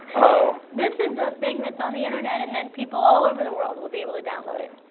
so this is a thing that's on the internet and then people all over the world will be able to download it.